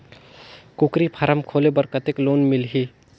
कूकरी फारम खोले बर कतेक लोन मिलही?